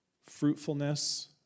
fruitfulness